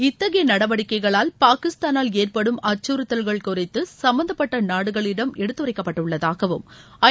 இத்தகைய நடவடிக்கைகளால் பாகிஸ்தானால் ஏற்படும் அச்சுறத்தல்கள் குறித்து சம்மந்தப்பட்ட நாடுகளிடம் எடுத்துரைக்கப்பட்டுள்ளதாகவும் ஐ